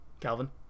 Calvin